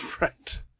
Right